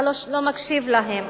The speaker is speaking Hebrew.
אתה לא מקשיב להם,